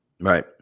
Right